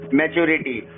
maturity